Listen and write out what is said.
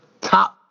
top